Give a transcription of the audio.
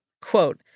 quote